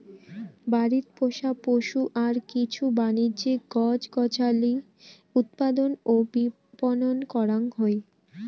বাড়িত পোষা পশু আর কিছু বাণিজ্যিক গছ গছালি উৎপাদন ও বিপণন করাং হই